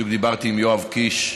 דיברתי עם יואב קיש,